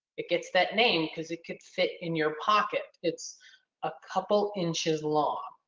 it gets that name cause it could fit in your pocket. it's a couple inches long.